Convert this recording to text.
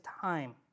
time